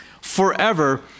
forever